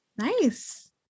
Nice